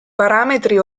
parametri